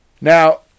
Now